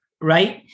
right